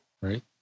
right